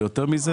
ויותר מהם,